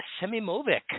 Semimovic